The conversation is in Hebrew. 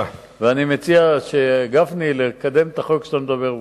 גפני, אני מציע לקדם את החוק שאתה מדבר עליו.